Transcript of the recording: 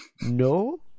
No